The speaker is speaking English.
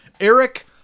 Eric